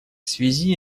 связи